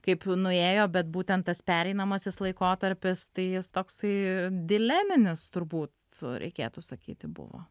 kaip nuėjo bet būtent tas pereinamasis laikotarpis tai jis toksai dileminis turbūt reikėtų sakyti buvo